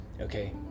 okay